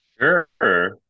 sure